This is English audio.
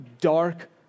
dark